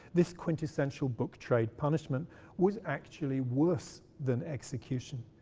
this quintessential book trade punishment was actually worse than execution.